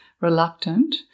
reluctant